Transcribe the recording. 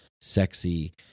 sexy